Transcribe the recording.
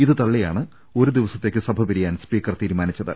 ഇത് തള്ളിയാണ് ഒരു ദിവസത്തേക്ക് സഭ പിരിയാൻ സ്പീക്കർ തീരുമാനിച്ചത്